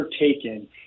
taken